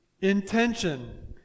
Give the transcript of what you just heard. intention